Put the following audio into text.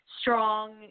strong